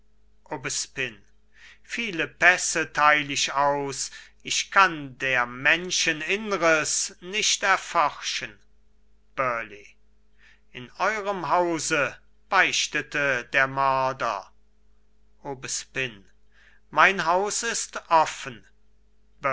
aubespine viele pässe teil ich aus ich kann der menschen innres nicht erforschen burleigh in eurem hause beichtete der mörder aubespine mein haus ist offen